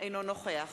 אינו נוכח